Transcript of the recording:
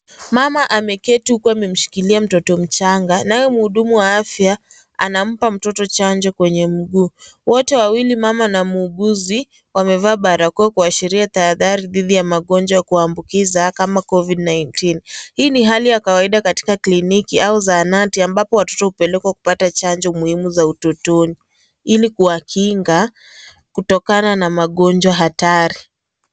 Mama ameketi huku amemshikilia mtoto mchanga naye mhudumu wa afya anampa mtoto chanjo kwenye mguu. Wote wawili, mama na mwuguzi, wamevaa barakoa kuashiria tahadhari dhidi ya magonjwa ya kuambukiza kama covid 19. Hii ni hali ya kawaida katika kliniki au zahanati ambapo watoto hupelekwa kupata chanjo muhimu za utotoni ili kuwakinga kutokana na magonjwa hatari.